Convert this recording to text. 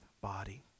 body